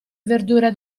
verdure